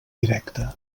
directe